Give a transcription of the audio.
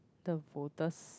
the voters